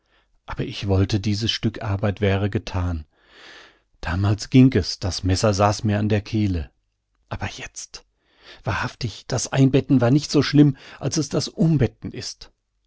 aber ich wollte dies stück arbeit wäre gethan damals ging es das messer saß mir an der kehle aber jetzt wahrhaftig das einbetten war nicht so schlimm als es das umbetten ist